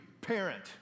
parent